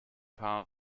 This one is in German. paar